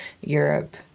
Europe